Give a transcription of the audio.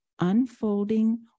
unfolding